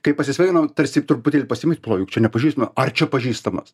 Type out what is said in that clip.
kai pasisveikinom tarsi truputį ir pasimeti pala juk čia nepažįstamą ar čia pažįstamas